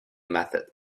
method